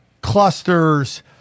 Clusters